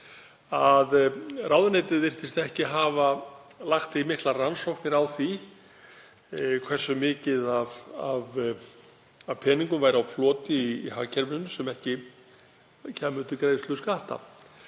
að ráðuneytið virtist ekki hafa lagt í miklar rannsóknir á því hversu mikið af peningum væri á floti í hagkerfinu sem ekki kæmu til greiðslu skatta,